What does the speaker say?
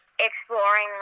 exploring